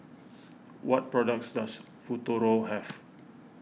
what products does Futuro have